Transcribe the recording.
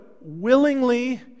willingly